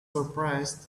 surprised